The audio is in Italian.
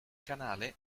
canale